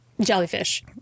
jellyfish